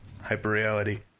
hyperreality